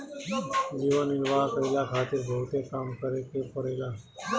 जीवन निर्वाह कईला खारित बहुते काम करे के पड़ेला